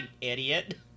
idiot